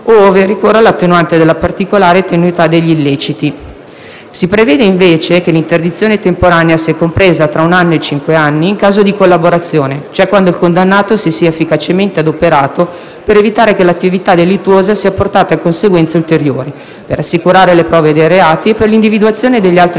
ove ricorra l'attenuante della particolare tenuità degli illeciti. Si prevede, invece, che l'interdizione temporanea sia compresa tra uno e cinque anni in caso di collaborazione, cioè quando il condannato si sia efficacemente adoperato per evitare che l'attività delittuosa sia portata a conseguenze ulteriori, per assicurare le prove dei reati e per l'individuazione degli altri